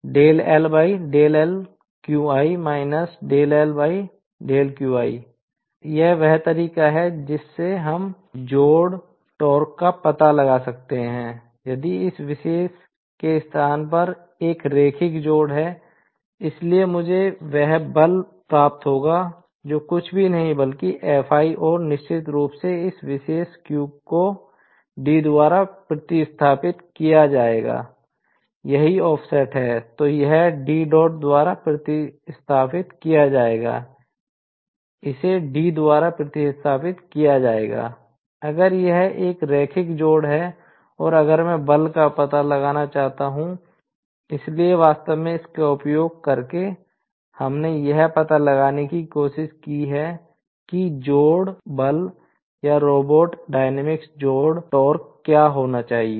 तो यह वह तरीका है जिससे हम जोड़ टोक़ क्या होना चाहिए